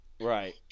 Right